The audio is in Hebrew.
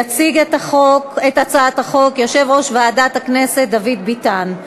יציג את הצעת החוק יושב-ראש ועדת הכנסת דוד ביטן.